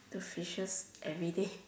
the fishes everyday